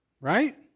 right